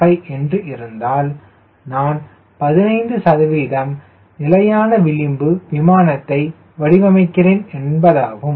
15 என்று இருந்தால் நான் 15 சதவீதம் நிலையான விளிம்பு விமானத்தை வடிவமைக்கிறேன் என்பதாகும்